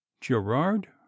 Gerard